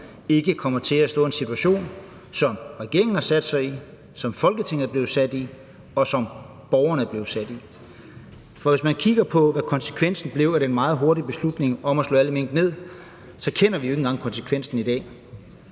ikke kommer til at stå i en situation som den, regeringen har sat sig i, som Folketinget er blevet sat i, og som borgerne er blevet sat i. For hvis man kigger på, hvad konsekvensen blev af den meget hurtige beslutning om at slå alle mink ned, så kender vi jo ikke engang konsekvensen i dag.